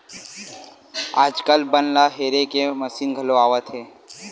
आजकाल बन ल हेरे के मसीन घलो आवत हे